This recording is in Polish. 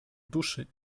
duszy